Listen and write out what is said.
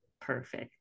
perfect